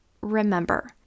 Remember